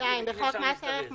(2)בחוק מס ערך מוסף,